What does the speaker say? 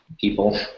people